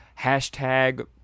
hashtag